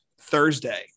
Thursday